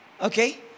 Okay